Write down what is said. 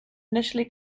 initially